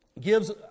gives